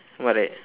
am I right